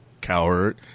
coward